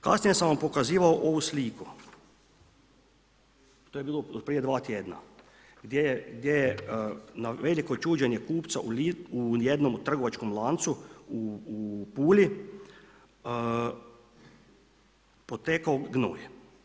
Kasnije sam vam pokazivao ovu sliku, to je bilo od prije dva tjedna gdje je na veliko čuđenje kupca u jednom trgovačkom lancu u Puli potekao gnoj.